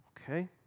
Okay